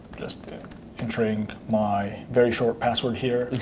just entering my very short password here.